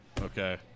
okay